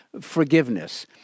forgiveness